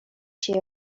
się